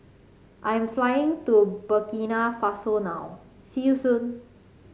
I am flying to Burkina Faso now see you soon